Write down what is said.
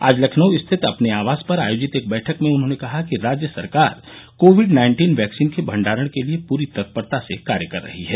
आज लखनऊ स्थित अपने आवास पर आयोजित एक बैठक में उन्होंने कहा कि राज्य सरकार कोविड नाइन्टीन वैक्सीन के भण्डारण के लिये पूरी तत्परता से कार्य कर रही है